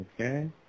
Okay